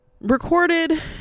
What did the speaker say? recorded